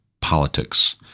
politics